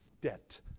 debt